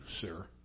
sir